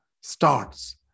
starts